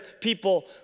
people